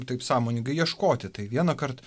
taip sąmoningai ieškoti tai vienąkart